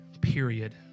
period